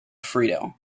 friedel